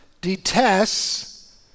detests